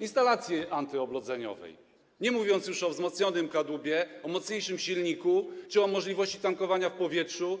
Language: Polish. instalacji antyoblodzeniowej, nie mówiąc już o wzmocnionym kadłubie, mocniejszym silniku czy możliwości tankowania w powietrzu.